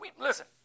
Listen